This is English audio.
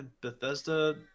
Bethesda